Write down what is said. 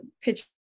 pitch